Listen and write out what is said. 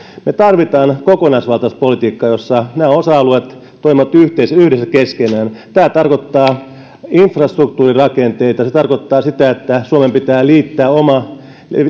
me tarvitsemme kokonaisvaltaista politiikkaa jossa nämä osa alueet toimivat yhdessä keskenään tämä tarkoittaa infrastruktuurirakenteita se tarkoittaa sitä että suomen pitää liittää oma